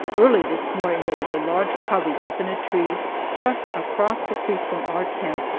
early this morning there was a large covey up in a tree just across the creek from our tent,